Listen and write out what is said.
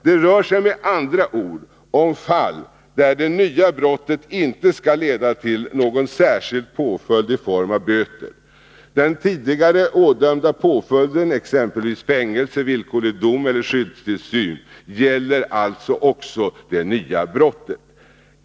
Det rör sig med andra ord om fall där det nya brottet inte skall leda till någon särskild påföljd i form av böter. Den tidigare ådömda påföljden, exempelvis fängelse, villkorlig dom eller skyddstillsyn, gäller alltså också det nya brottet.